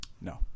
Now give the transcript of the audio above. No